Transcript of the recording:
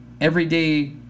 everyday